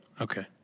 Okay